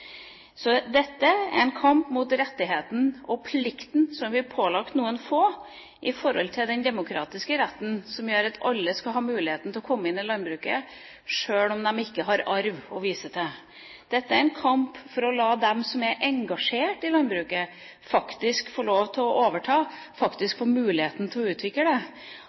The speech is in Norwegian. Dette er en kamp mot rettigheten og plikten som blir pålagt noen få, i forhold til den demokratiske retten som gjør at alle skal ha muligheten til å komme inn i landbruket, sjøl om de ikke har arv å vise til. Dette er en kamp for å la dem som er engasjert i landbruket, få lov til å overta, få muligheten til å utvikle det.